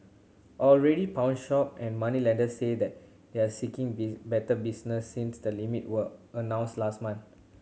already pawnshop and moneylenders say that they are seeking better business since the limits were announced last month